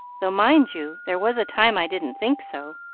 though, mind you, there was a time i didn't think so